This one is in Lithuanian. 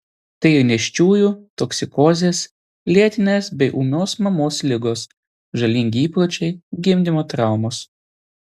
tai ir nėščiųjų toksikozės lėtinės bei ūmios mamos ligos žalingi įpročiai gimdymo traumos